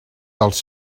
dels